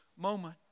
moment